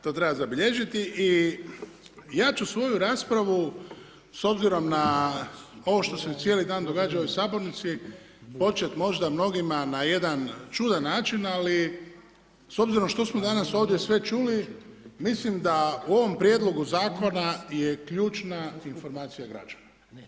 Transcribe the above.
To treba zabilježiti i ja ću svoju raspravu, s obzirom na ovo što se cijeli dan događa u ovoj Sabornici početi možda mnogima na jedan čudan način, ali s obzirom što smo danas ovdje sve čuli, mislim da u ovom Prijedlogu zakona je ključna informacija građana.